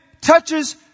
touches